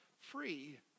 free